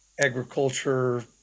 agriculture